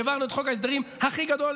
העברנו את חוק ההסדרים הכי גדול